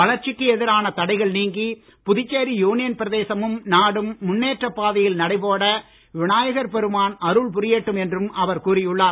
வளர்சிக்கு எதிரான தடைகள் நீங்கி புதுச்சேரி யூனியன் பிரதேசமும் நாடும் முன்னேற்ற பாதையில் நடைபோட விநாயகர் பெருமான் அருள் புரியட்டும் என்றும் அவர் கூறியுள்ளார்